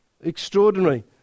Extraordinary